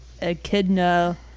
echidna